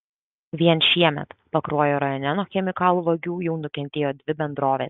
vien šiemet pakruojo rajone nuo chemikalų vagių jau nukentėjo dvi bendrovės